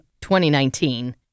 2019